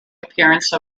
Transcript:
appearance